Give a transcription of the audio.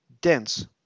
dense